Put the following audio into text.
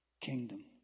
kingdom